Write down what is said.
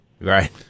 Right